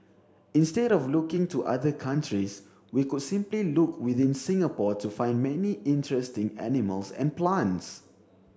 instead of looking to other countries we could simply look within Singapore to find many interesting animals and plants